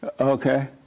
Okay